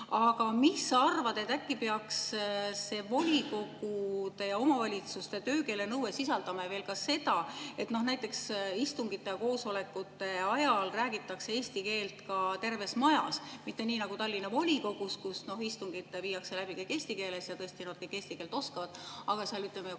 Aga mis sa arvad, äkki peaks see volikogude või omavalitsuste töökeele nõue sisaldama ka seda, et näiteks istungite ja koosolekute ajal räägitakse eesti keelt ka terves majas, mitte nii nagu Tallinna volikogus, kus istungid viiakse läbi eesti keeles ja tõesti nad kõik eesti keelt oskavad, aga, ütleme,